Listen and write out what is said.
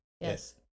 Yes